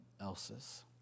else's